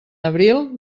abril